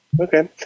Okay